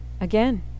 again